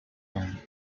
him